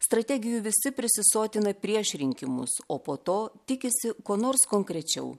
strategijų visi prisisotina prieš rinkimus o po to tikisi ko nors konkrečiau